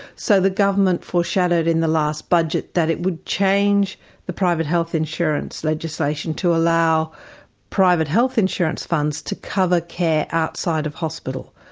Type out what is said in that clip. so the government foreshadowed in the last budget that it would change the private health insurance legislation to allow private health insurance funds to cover care outside of hospital,